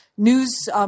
News